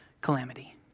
calamity